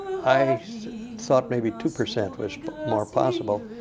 i thought maybe two percent was but more possible,